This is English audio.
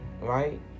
right